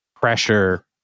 pressure